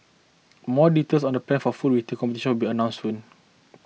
more details on the plans for full retail competition will be announced soon